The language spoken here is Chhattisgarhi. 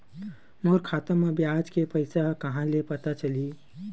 मोर खाता म ब्याज के पईसा ह कहां ले पता चलही?